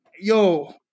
Yo